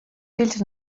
fills